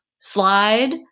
slide